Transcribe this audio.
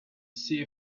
see